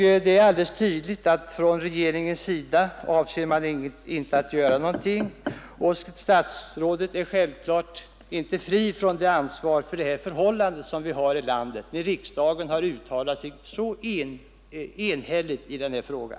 Det är alldeles tydligt att från regeringens sida avser man inte att göra någonting. Statsrådet är självfallet inte fri från ansvar för det här förhållandet i landet, när riksdagen har uttalat sig så enhälligt i frågan.